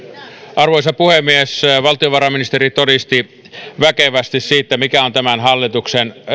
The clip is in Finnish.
arvoisa puhemies valtiovarainministeri todisti väkevästi siitä mikä on tämän hallituksen